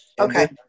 Okay